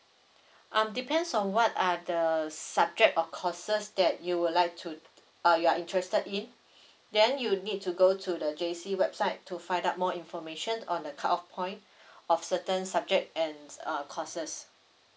um depends on what are the subject or courses that you would like to uh you are interested in then you need to go to the J_C website to find out more information on the cut off point of certain subject and uh courses